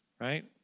right